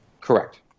Correct